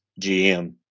GM